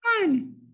fun